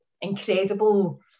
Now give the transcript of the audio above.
incredible